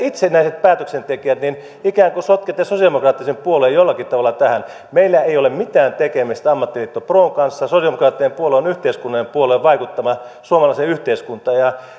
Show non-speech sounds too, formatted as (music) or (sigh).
(unintelligible) itsenäiset päätöksentekijät ikään kuin sotkette sosialidemokraattisen puolueen jollakin tavalla tähän meillä ei ole mitään tekemistä ammattiliitto pron kanssa sosialidemokraattinen puolue on yhteiskunnallinen puolue vaikuttaa suomalaiseen yhteiskuntaan ja